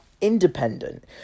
independent